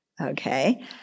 okay